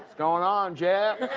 going on jeff!